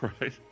Right